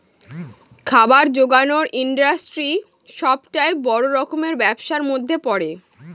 খাবার জোগানের ইন্ডাস্ট্রি সবটাই বড় রকমের ব্যবসার মধ্যে পড়ে